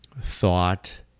thought